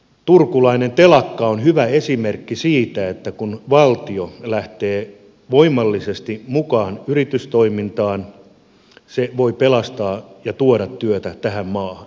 turkulainen telakka on hyvä esimerkki siitä että kun valtio lähtee voimallisesti mukaan yritystoimintaan se voi pelastaa ja tuoda työtä tähän maahan